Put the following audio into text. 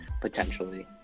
potentially